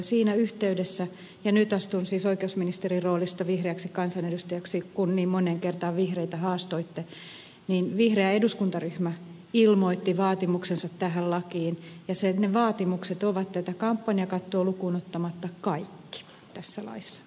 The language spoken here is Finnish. siinä yhteydessä ja nyt astun siis oikeusministerin roolista vihreäksi kansanedustajaksi kun niin moneen kertaan vihreitä haastoitte vihreä eduskuntaryhmä ilmoitti vaatimuksensa tähän lakiin ja ne vaatimukset ovat tätä kampanjakattoa lukuun ottamatta kaikki tässä laissa